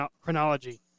chronology